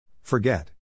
Forget